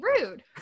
rude